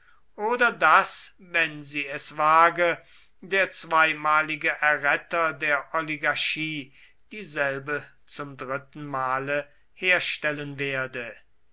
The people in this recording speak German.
oder daß wenn sie es wage der zweimalige erretter der oligarchie dieselbe zum dritten male herstellen werde